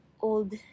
old